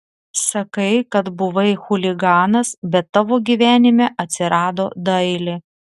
sakai kad buvai chuliganas bet tavo gyvenime atsirado dailė